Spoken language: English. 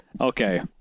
Okay